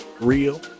real